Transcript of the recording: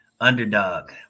underdog